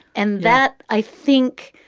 and that, i think,